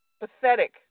pathetic